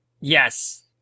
Yes